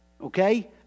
Okay